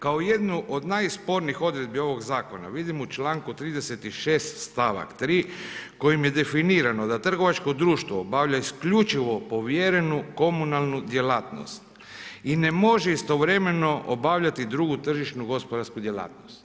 Kao jednu od najspornijih odredbi ovog zakona vidim u članku 36. stavak 3. kojim je definirano da trgovačko društvo obavlja isključivo povjerenu komunalnu djelatnost i ne može istovremeno obavljati drugu tržišnu gospodarsku djelatnost.